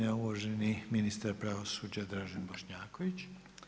uvaženi ministar pravosuđa Dražen Bošnjaković.